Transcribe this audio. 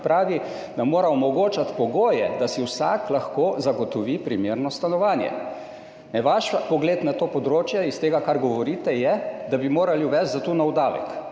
pravi, da mora omogočati pogoje, da si vsak lahko zagotovi primerno stanovanje. Vaš pogled na to področje, iz tega, kar govorite, je, da bi morali zato uvesti nov davek,